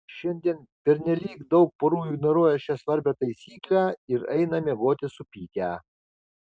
šiandien pernelyg daug porų ignoruoja šią svarbią taisyklę ir eina miegoti supykę